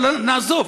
אבל נעזוב.